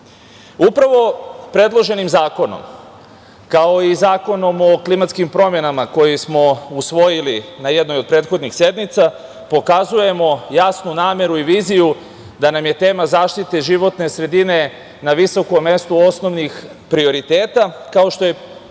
2000“.Upravo predloženim zakonom, kao i Zakonom o klimatskim promenama koji smo usvojili na jednoj od prethodnih sednica, pokazujemo jasnu nameru i viziju da nam je tema zaštite životne sredina na visokom mestu osnovnih prioriteta, kao što je to